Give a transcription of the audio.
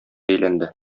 әйләнде